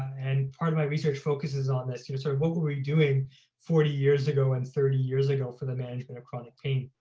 and part of my research focuses on this sort of what were were doing forty years ago and thirty years ago for the management of chronic pain.